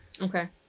Okay